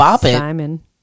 Simon